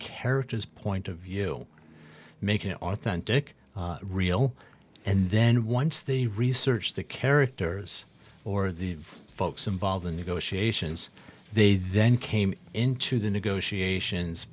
character's point of view make it authentic real and then once the research the characters or the folks involved in negotiations they then came into the negotiations